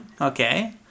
Okay